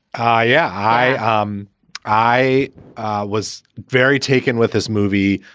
i yeah i um i was very taken with this movie.